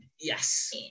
Yes